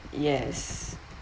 yes